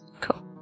Cool